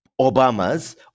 Obama's